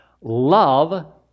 Love